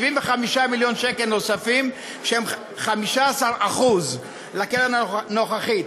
שהם 15% על הקרן הנוכחית.